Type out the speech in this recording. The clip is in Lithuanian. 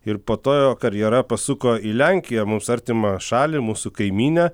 ir po to jo karjera pasuko į lenkiją mums artimą šalį mūsų kaimynę